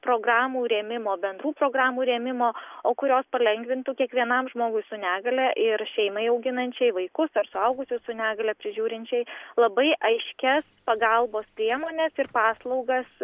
programų rėmimo bendrų programų rėmimo o kurios palengvintų kiekvienam žmogui su negalia ir šeimai auginančiai vaikus ar suaugusį su negalia prižiūrinčiai labai aiškias pagalbos priemones ir paslaugas